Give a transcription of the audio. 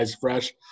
fresh